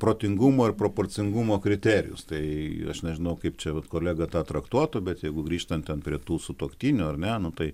protingumo ir proporcingumo kriterijus tai aš nežinau kaip čia vat kolega tą traktuotų bet jeigu grįžtant ten prie tų sutuoktinių ar ne nu tai